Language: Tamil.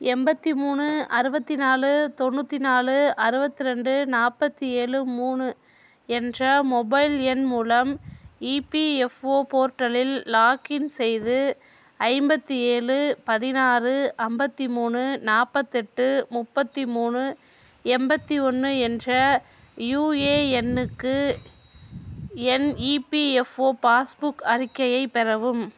எண்பத்தி மூணு அறுபத்தி நாலு தொண்ணூற்றி நாலு அறுபத்தி ரெண்டு நாற்பத்தி ஏழு மூணு என்ற மொபைல் எண் மூலம் இபிஎஃப்ஓ போர்ட்டலில் லாக்இன் செய்து ஐம்பத்தி ஏழு பதினாறு ஐம்பத்தி மூணு நாற்பத்தெட்டு முப்பத்தி மூணு எண்பத்தி ஒன்று என்ற யுஏஎண்ணுக்கு என் இபிஎஃப்ஓ பாஸ்புக் அறிக்கையை பெறவும்